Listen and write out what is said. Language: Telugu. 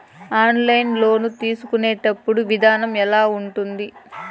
ఆన్లైన్ లోను తీసుకునేటప్పుడు విధానం ఎలా ఉంటుంది